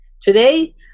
today